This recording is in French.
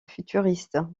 futuriste